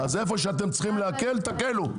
איפה שאתם צריכים להקל, תקלו.